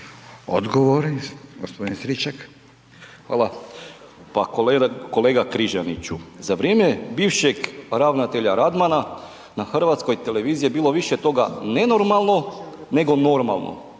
Anđelko (HDZ)** Hvala. Pa kolega Križaniću, za vrijeme bivšeg ravnatelja Radmana na HRT je bilo više toga nenormalno nego normalno